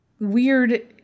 weird